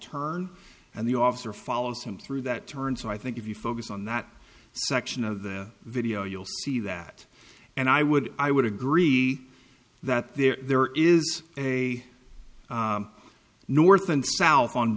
turn and the officer follows him through that turn so i think if you focus on that section of the video you'll see that and i would i would agree that there is a north and south on